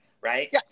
right